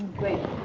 great.